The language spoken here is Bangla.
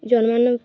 জন্মানো